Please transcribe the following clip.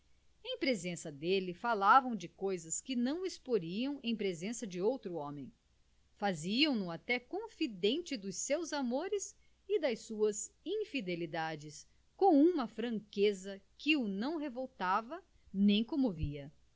em presença dele falavam de coisas que não exporiam em presença de outro homem faziam no até confidente dos seus amores e das suas infidelidades com uma franqueza que o não revoltava nem comovia